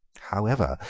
however,